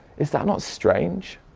is that not strange?